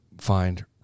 find